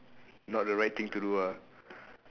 not the right thing to do ah